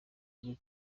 rwe